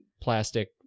plastic